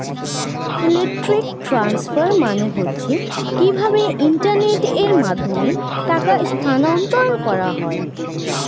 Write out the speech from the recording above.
electronic transfer মানে হচ্ছে কিভাবে ইন্টারনেটের মাধ্যমে টাকা স্থানান্তর করা হয়